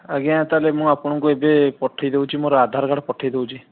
ଆଜ୍ଞା ତା'ହେଲେ ମୁଁ ଆପଣଙ୍କୁ ଏବେ ପଠାଇଦେଉଛି ମୋର ଆଧାର୍ କାର୍ଡ଼୍ ପଠାଇଦେଉଛି